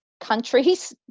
countries